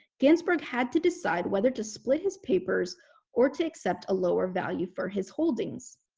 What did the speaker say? gansberg had to decide whether to split his papers or to accept a lower value for his holdings.